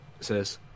says